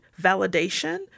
validation